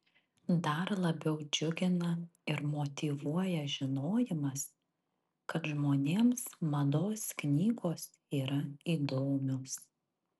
dar labiau džiugina ir motyvuoja žinojimas kad žmonėms mados knygos yra įdomios